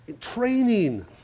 Training